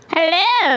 Hello